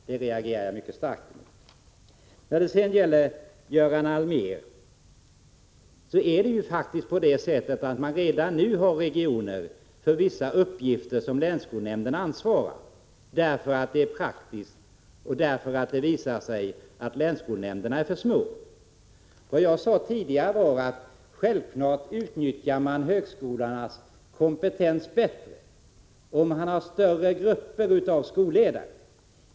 Det reagerar jag mycket starkt emot. Man har faktiskt, Göran Allmér, redan nu regioner för vissa uppgifter som länsskolnämnden ansvarar för, därför att det är praktiskt och därför att det har visat sig att länsskolnämnderna är för små. Vad jag sade tidigare var att man självfallet utnyttjar högskolornas kompetens bättre om man har större grupper av skolledare.